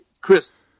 Chris